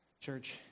Church